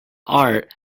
art